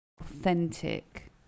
Authentic